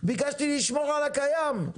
ביקשתי לשמור על הקיים,